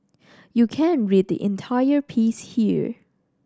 you can read the entire piece here